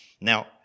Now